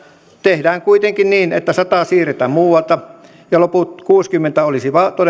tehdään kuitenkin niin että sataan siirretään muualta ja loput kuusikymmentä olisivat